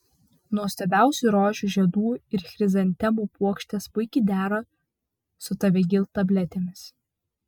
nuostabiausių rožių žiedų ir chrizantemų puokštės puikiai dera su tavegyl tabletėmis